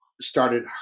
started